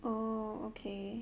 oh okay